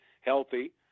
healthy